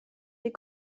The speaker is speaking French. des